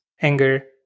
anger